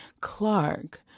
Clark